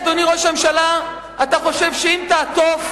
אדוני ראש הממשלה, אתה חושב שאם תעטוף,